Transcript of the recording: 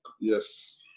Yes